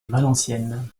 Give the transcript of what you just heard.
valenciennes